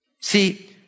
See